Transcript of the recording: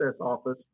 office